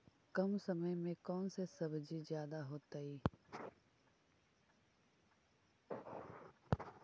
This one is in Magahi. कम समय में कौन से सब्जी ज्यादा होतेई?